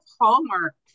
Hallmark